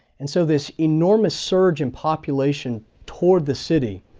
and so this enormous surge in population towards the city,